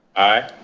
aye.